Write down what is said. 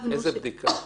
איזו בדיקה?